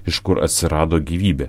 iš kur atsirado gyvybė